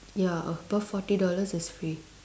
ya above forty dollars it's free